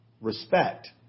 respect